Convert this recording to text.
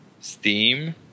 Steam